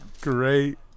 Great